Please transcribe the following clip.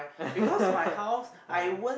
ah